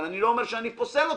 אבל אני לא אומר שאני פוסל אותה,